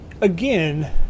Again